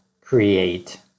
create